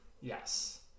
Yes